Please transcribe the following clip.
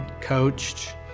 coached